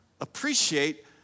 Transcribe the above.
appreciate